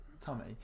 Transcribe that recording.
tummy